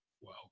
Wow